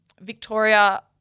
Victoria